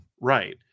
right